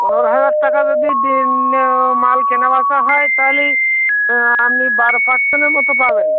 পনেরো হাজার টাকা যদি দিন মাল কেনা বেচা হয় তাহলে আপনি বারো পার্সেন্টের মতো পাবেন